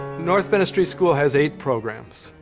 north bennet street school has eight programs.